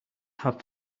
have